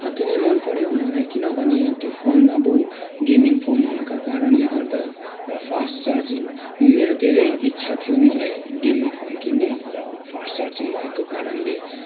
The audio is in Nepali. अति नै मनपर्यो मलाई किनभने त्यो फोन अब गेमिङ फोन हुनाका कारणले गर्दा र फास्ट चार्जिङ मेरो धेरै इच्छा थियो मलाई गेमिङ फोन किन्ने र फास्ट चार्जिङ भएको कारणले